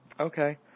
Okay